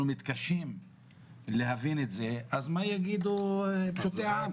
מתקשים להבין את זה אז מה יגידו פשוטי העם.